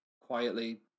quietly